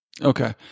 Okay